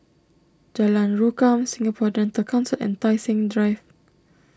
Jalan Rukam Singapore Dental Council and Tai Seng Drive